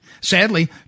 Sadly